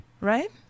right